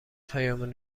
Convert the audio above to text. پیام